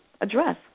address